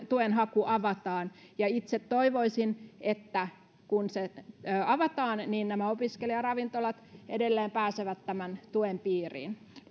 tuenhaku avataan ja itse toivoisin että kun se avataan niin nämä opiskelijaravintolat edelleen pääsevät tämän tuen piiriin